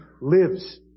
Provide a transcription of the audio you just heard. lives